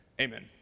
Amen